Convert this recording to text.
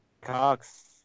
Cox